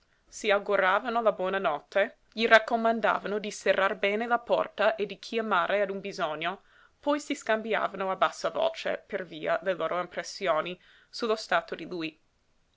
gli auguravano la buona notte gli raccomandavano di serrar bene la porta e di chiamare a un bisogno poi si scambiavano a bassa voce per via le loro impressioni su lo stato di lui